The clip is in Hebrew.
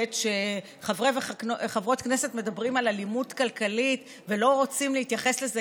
כשחברי וחברות כנסת מדברים על אלימות כלכלית ולא רוצים להתייחס לזה